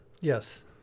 yes